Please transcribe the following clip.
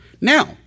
Now